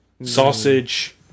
Sausage